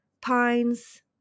pines